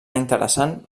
interessant